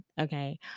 Okay